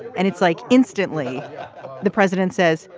and it's like instantly the president says,